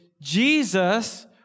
Jesus